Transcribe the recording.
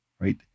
right